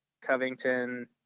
Covington